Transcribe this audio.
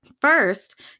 First